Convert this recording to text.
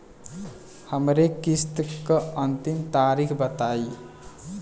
हमरे किस्त क अंतिम तारीख बताईं?